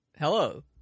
Hello